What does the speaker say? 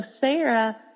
Sarah